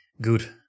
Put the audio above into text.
good